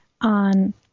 on